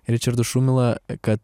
ričardu šumila kad